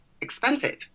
expensive